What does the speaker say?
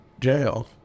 jail